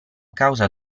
causa